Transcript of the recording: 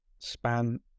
span